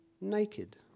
naked